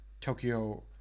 Tokyo